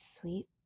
sweet